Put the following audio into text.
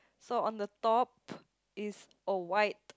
so on the top is a white